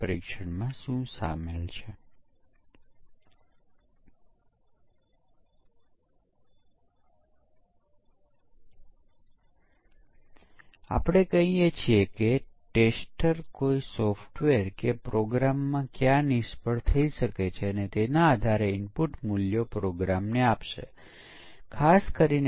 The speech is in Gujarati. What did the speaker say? સમીક્ષા વિશ્લેષણ એ સ્ટેટિક પ્રવૃત્તિઓ છે અને યુનિટ પરીક્ષણને કારણે તે ડાઇનેમિક પ્રવૃત્તિ પણ છે